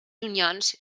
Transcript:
llunyans